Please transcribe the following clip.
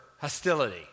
hostility